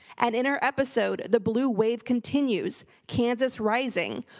and in our episode the blue wave continues, kansas rising,